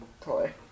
toy